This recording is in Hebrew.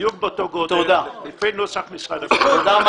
בדיוק באותו גודל, לפי נוסח- -- תודה.